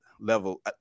level